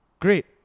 great